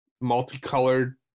multicolored